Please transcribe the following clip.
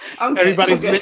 Everybody's